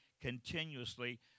continuously